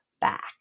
back